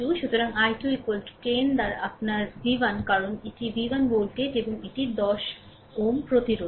সুতরাং i2 10 বাইআপনার v1 কারণ এটি v1 ভোল্টেজ এবং এটি 10 Ω প্রতিরোধের